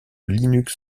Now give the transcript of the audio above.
linux